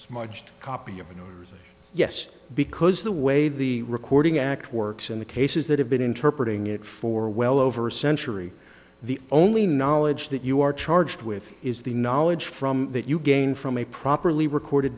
smudged copy of another's yes because the way the recording act works in the cases that have been interpreted in it for well over a century the only knowledge that you are charged with is the knowledge from that you gain from a properly recorded